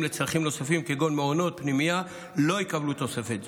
לצרכים נוספים כגון מעונות פנימייה לא יקבלו תוספת זו.